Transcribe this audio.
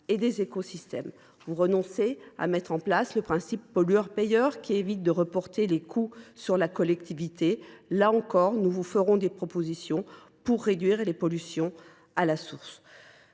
et des écosystèmes. Enfin, vous renoncez à mettre en place le principe pollueur payeur qui évite de reporter les coûts sur la collectivité. Là encore, nous vous ferons des propositions pour réduire les pollutions à la source.